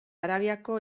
arabiako